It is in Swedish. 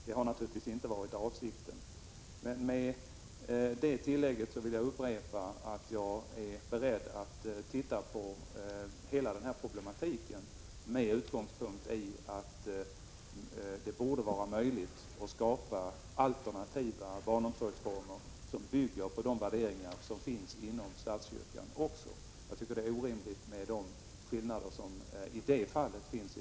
Det har naturligtvis inte varit avsikten att man skulle kunna göra det. Med det tillägget vill jag upprepa att jag är beredd att se på hela den här problematiken, med utgångspunkt från att det borde vara möjligt att skapa alternativa barnomsorgsformer som bygger på de värderingar som finns inom statskyrkan också. Jag tycker det är orimligt med de skillnader som finns i det fallet i dag.